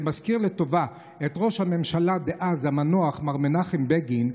ומזכיר לטובה את ראש הממשלה המנוח מר מנחם בגין,